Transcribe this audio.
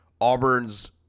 Auburn's